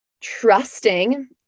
trusting